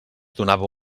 donava